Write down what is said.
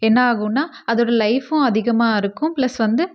என்ன ஆகுன்னால் அதோடய லைஃபும் அதிகமாக இருக்கும் ப்ளஸ் வந்து